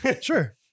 Sure